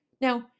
Now